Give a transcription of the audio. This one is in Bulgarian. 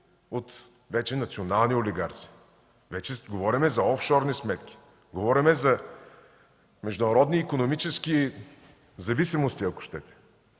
от национални олигарси. Вече говорим за офшорни сметки, говорим за международни икономически зависимости, ако щете,